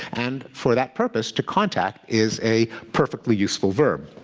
and for that purpose, to contact is a perfectly useful verb.